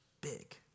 big